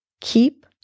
keep